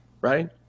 right